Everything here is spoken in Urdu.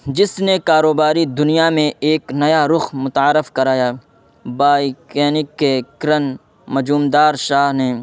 جس نے کاروباری دنیا میں ایک نیا رخ متعارف کرایا بائکینک کیکرن مجومدار شاہ نے